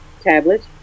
tablet